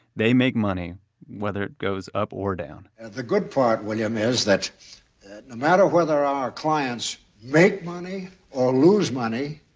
they make money whether it goes up or down and the good part, william, is that no matter whether our clients make money or lose money,